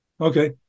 Okay